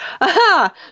Aha